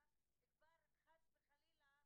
כאשר השר כחלון היה שר הרווחה,